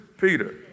Peter